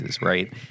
right